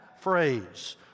phrase